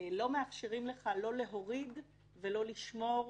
לא מאפשרים לך לא להוריד ולא לשמור